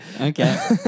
okay